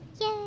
Yay